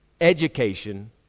Education